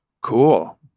cool